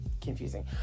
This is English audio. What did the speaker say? confusing